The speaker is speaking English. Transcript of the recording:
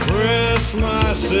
Christmas